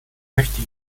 möchte